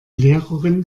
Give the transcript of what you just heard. lehrerin